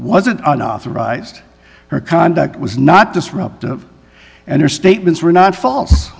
an unauthorized her conduct was not disruptive and her statements were not false